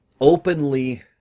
openly